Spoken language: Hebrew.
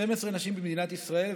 12 נשים במדינת ישראל.